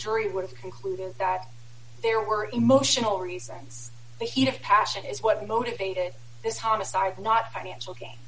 jury would have concluded that there were emotional reasons the heat of passion is what motivated this homicide not financial ga